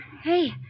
Hey